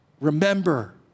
Remember